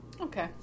Okay